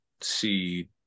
See